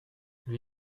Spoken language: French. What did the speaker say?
lui